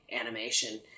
animation